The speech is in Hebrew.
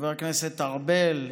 חבר הכנסת ארבל,